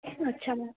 अच्छा मैम